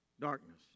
Darkness